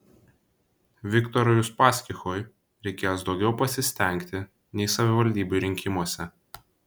viktorui uspaskichui reikės daugiau pasistengti nei savivaldybių rinkimuose